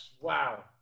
Wow